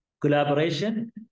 collaboration